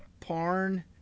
Parn